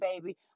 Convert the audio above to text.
baby